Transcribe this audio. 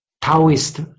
Taoist